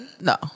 No